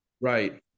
right